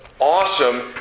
awesome